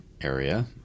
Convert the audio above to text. area